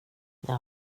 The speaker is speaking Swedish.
jag